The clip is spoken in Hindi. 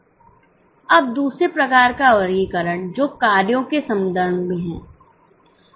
अब दूसरे प्रकार का वर्गीकरण जो कार्यों के संबंध में है